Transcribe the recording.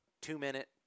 two-minute